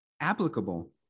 applicable